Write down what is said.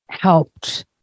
helped